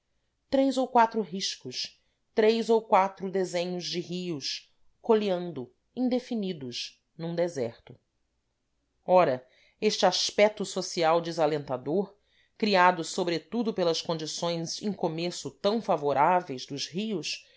três ou quatro riscos três ou quatro desenhos de rios coleando indefinidos num deserto ora este aspeto social desalentador criado sobretudo pelas condições em começo tão favoráveis dos rios